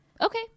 okay